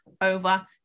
over